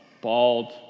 bald